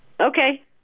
Okay